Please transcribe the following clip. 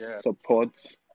supports